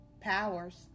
powers